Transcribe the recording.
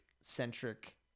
centric